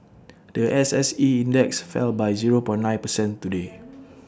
The S S E index fell by zero point nine percent today